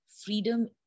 freedom